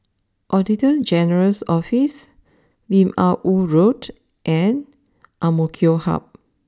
Auditor General's Office Lim Ah Woo Road and Amok Hub